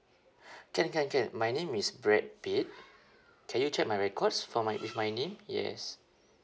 can can can my name is brad pitt can you check my records for my with my name yes